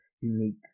unique